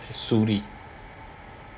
is sudhir